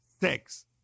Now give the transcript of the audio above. six